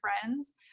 friends